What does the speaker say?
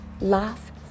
laugh